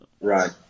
Right